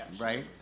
Right